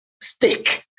stick